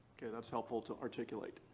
okay. that's helpful to articulate.